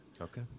Okay